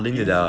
izzie